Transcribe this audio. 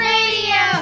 Radio